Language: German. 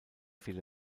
viele